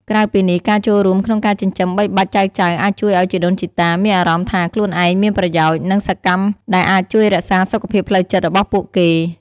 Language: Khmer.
ក្រៅពីនេះ ការចូលរួមក្នុងការចិញ្ចឹមបីបាច់ចៅៗអាចជួយឱ្យជីដូនជីតាមានអារម្មណ៍ថាខ្លួនឯងមានប្រយោជន៍ និងសកម្ម ដែលអាចជួយរក្សាសុខភាពផ្លូវចិត្តរបស់ពួកគេ។